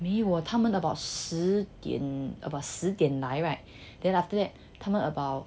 没有 eh 他们 about 十点十点来 right then after that about